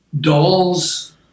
Dolls